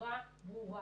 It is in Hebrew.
בצורה ברורה?